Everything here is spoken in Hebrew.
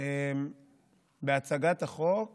בהצגת החוק